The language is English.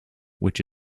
which